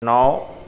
ਨੌ